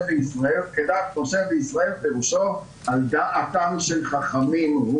וישראל" כדת משה וישראל פירושו כי על דעתם של חכמים הוא